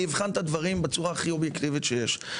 אני אבחן את הדברים בצורה הכי אובייקטיבית שיש.